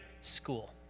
school